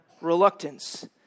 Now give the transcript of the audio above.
reluctance